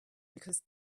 because